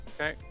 Okay